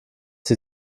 sie